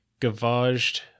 gavaged